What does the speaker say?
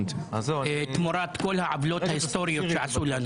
תמורת כל העוולות ההיסטוריות שעשו לנו.